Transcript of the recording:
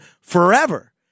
forever